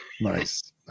Nice